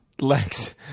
Lex